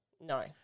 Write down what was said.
No